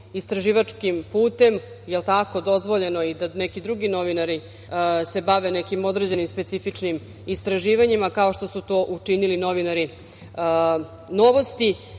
istraživačkim putem, jel tako, dozvoljeno i da neki drugi novinari se bave nekim određenim specifičnim istraživanjima, kao što su to učinili novinari „Novosti“.